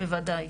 בוודאי.